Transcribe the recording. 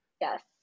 Yes